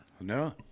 No